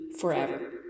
forever